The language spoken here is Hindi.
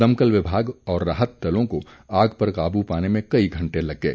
दमकल विभाग और राहत दलों को आग पर काबू पाने में कई घंटे लग गए